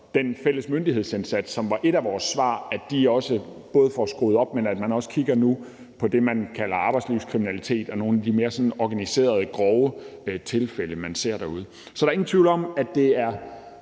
den fælles myndighedsindsats, som var et af vores svar, så de også får skruet op, og så man også nu kigger på det, som man kalder arbejdslivskriminalitet og nogle af de mere organiserede, grove tilfælde, man ser derude. Så der er ikke nogen tvivl om, at det er